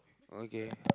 okay